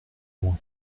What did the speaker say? loin